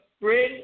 bring